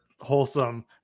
wholesome